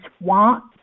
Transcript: want